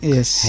Yes